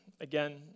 again